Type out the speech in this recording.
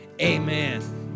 amen